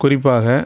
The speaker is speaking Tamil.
குறிப்பாக